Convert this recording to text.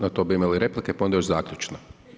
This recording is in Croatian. Na to bi imali replike, pa onda još zaključno.